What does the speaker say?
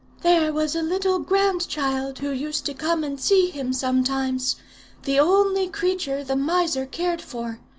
there was a little grandchild who used to come and see him sometimes the only creature the miser cared for.